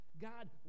God